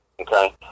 Okay